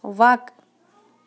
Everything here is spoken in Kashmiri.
وق